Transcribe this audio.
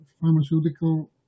Pharmaceutical